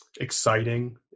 Exciting